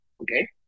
okay